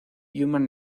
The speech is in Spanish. human